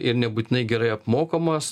ir nebūtinai gerai apmokamas